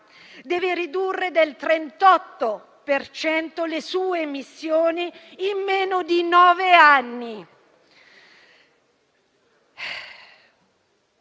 deve ridurre del 38 per cento le sue emissioni in meno di nove anni.